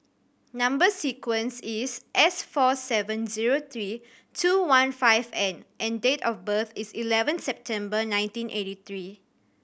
number sequence is S four seven zero three two one five N and date of birth is eleven September nineteen eighty three